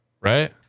Right